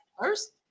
first